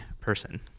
person